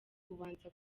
ubanza